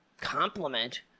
compliment